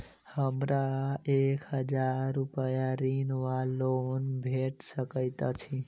हमरा एक हजार रूपया ऋण वा लोन भेट सकैत अछि?